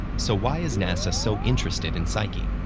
so why is nasa so interested in psyche?